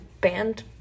band